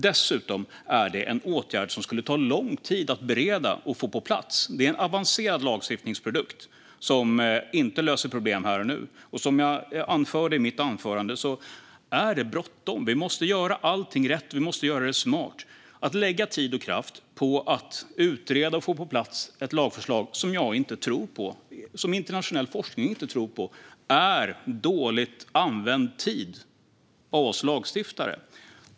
Dessutom är det en åtgärd som skulle ta lång tid att bereda och få på plats. Det är en avancerad lagstiftningsprodukt som inte löser problem här och nu. Som jag anförde i mitt inlägg är det bråttom. Vi måste göra allting rätt. Vi måste göra det smart. Att lägga tid och kraft på att utreda och få på plats ett lagförslag som jag inte tror på och som internationell forskning inte tror på är dåligt använd tid för oss lagstiftare.